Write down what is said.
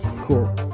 Cool